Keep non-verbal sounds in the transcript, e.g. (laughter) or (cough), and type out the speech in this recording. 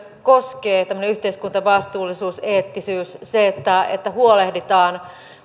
(unintelligible) koskee tämmöinen yhteiskuntavastuullisuus eettisyys se että että huolehditaan